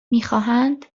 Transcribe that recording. میخواهند